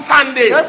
Sunday